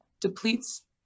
depletes